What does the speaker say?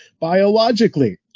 biologically